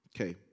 Okay